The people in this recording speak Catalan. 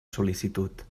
sol·licitud